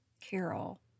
Carol